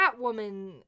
Catwoman